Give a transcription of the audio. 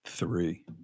three